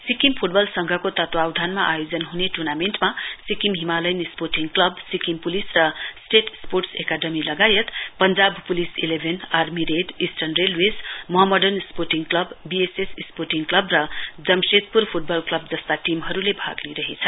Sikkim football संघको तत्वावधानमा आयोजना हुने टुर्नामेण्टमा Sikkim Himalayan sporting club Sikkim police र स्टेट स्पोर्टस् एकाडमी लगायत Punjab police eleven army red eastern railway Mohammedan sporting football club BSS sporting club र जम्शेद्पूर फूटबल क्लब जस्ता टीमहरूले भाग लिइरहे छन्